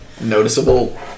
noticeable